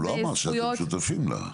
הוא לא אמר שאתם שותפים לה.